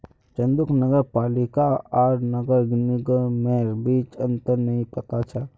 चंदूक नगर पालिका आर नगर निगमेर बीच अंतर नइ पता छ